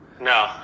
No